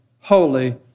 holy